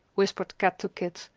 whispered kat to kit,